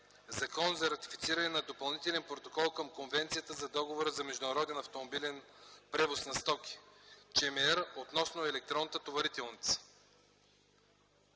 за ратифициране на Допълнителен протокол към Конвенция за Договора за международен автомобилен превоз на стоки относно електронната товарителница